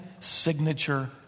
signature